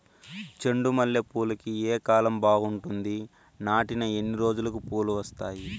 చెండు మల్లె పూలుకి ఏ కాలం బావుంటుంది? నాటిన ఎన్ని రోజులకు పూలు వస్తాయి?